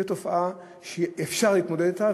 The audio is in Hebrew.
זו תופעה שאפשר להתמודד אתה,